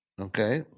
Okay